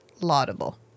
laudable